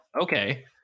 Okay